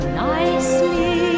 nicely